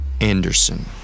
Anderson